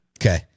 Okay